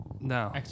No